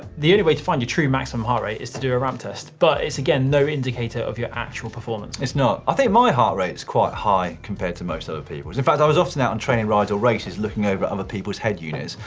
the only way to find your true maximum heart rate, is to do a ramp test, but it's again no indicator of your actual performance. it's not. i think my heart rate's quite high, compared to most other peoples'. in fact i was often out on training rides or races looking over at other peoples' head units,